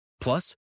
Plus